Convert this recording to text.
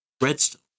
redstone